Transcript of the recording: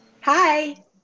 Hi